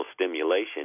stimulation